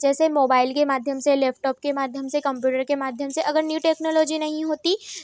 जैसे मोबाइल के माध्यम से लैपटॉप के माध्यम से कम्प्यूटर के माध्यम से अगर न्यू टेक्नोलॉजी नहीं होती